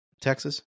Texas